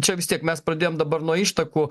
čia vis tiek mes pradėjom dabar nuo ištakų